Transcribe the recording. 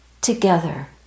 together